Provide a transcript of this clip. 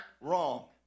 Wrong